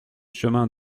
chemin